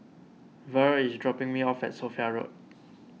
Verle is dropping me off at Sophia Road